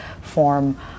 form